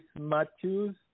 Matthews